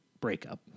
breakup